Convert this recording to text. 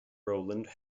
rowland